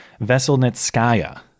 Veselnitskaya